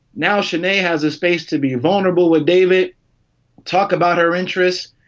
now schnee has the space to be vulnerable with daily talk about our interests.